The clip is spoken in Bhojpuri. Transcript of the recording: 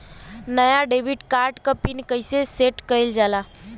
नया डेबिट कार्ड क पिन कईसे सेट कईल जाला?